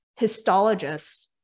histologists